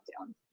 down